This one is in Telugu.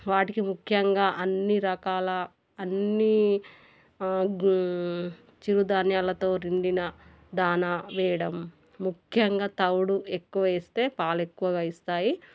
వాటికి ముఖ్యంగా అన్ని రకాల అన్ని చిరు ధాన్యాలతో నిండిన దానా వెయ్యడం ముఖ్యంగా తవుడు ఎక్కువ వేస్తే పాలు ఎక్కువగా ఇస్తాయి